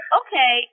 okay